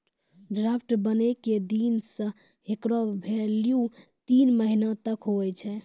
draft बनै के दिन से हेकरो भेल्यू तीन महीना तक हुवै छै